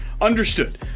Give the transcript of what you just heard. Understood